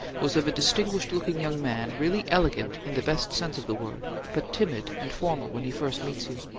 was of a distinguished-looking young man, really elegant in the best sense of the word, but timid and formal when he first meets you.